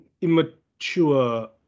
immature